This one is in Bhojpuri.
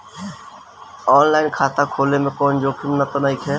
आन लाइन खाता खोले में कौनो जोखिम त नइखे?